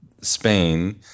Spain